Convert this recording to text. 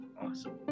Awesome